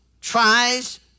tries